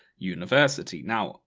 university. now,